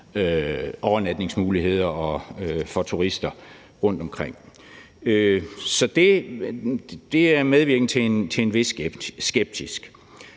breakfast-overnatningsmuligheder for turister rundtomkring. Så det er medvirkende til en vis skepsis.